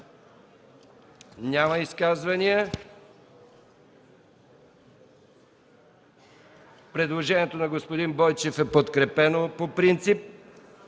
няма. Предложението на господин Бойчев е подкрепено по принцип.